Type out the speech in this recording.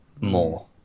more